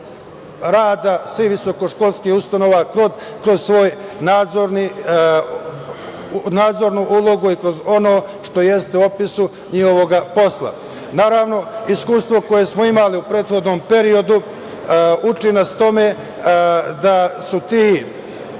rada svih visokoškolskih ustanova kroz svoju nadzornu ulogu i kroz ono što jeste u opisu njihovog posla. Naravno, iskustvo koje smo imali u prethodno periodu uči nas tome da su ti